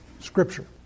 scripture